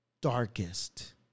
darkest